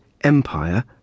empire